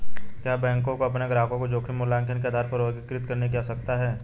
क्या बैंकों को अपने ग्राहकों को जोखिम मूल्यांकन के आधार पर वर्गीकृत करने की आवश्यकता है?